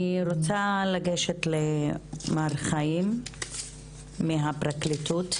מר חיים שוויצר מהפרקליטות